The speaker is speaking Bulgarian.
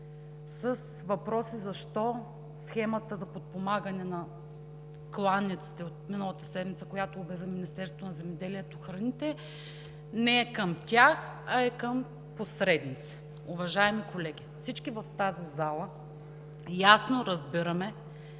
с въпроси: защо схемата за подпомагане на кланиците от миналата седмица, която обяви Министерството на Земеделието и храните, не е към тях, а е към посредници? Уважаеми колеги, всички в тази зала ясно разбираме,